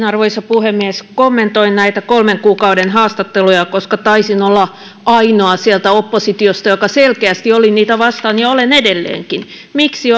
arvoisa puhemies kommentoin näitä kolmen kuukauden haastatteluja koska taisin olla ainoa sieltä oppositiosta joka selkeästi oli niitä vastaan ja olen edelleenkin miksi